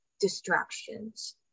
distractions